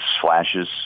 flashes